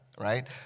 Right